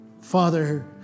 Father